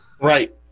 Right